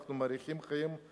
אנחנו מאריכים חיים.